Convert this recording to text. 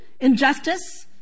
injustice